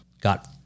Got